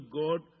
God